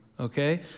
okay